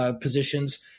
positions